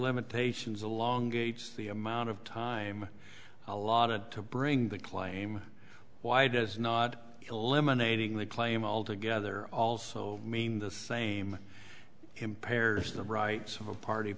limitations along gate's the amount of time allotted to bring the claim why does not eliminating the claim altogether also mean the same impairs the right of a party